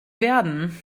werden